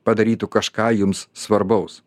padarytų kažką jums svarbaus